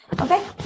Okay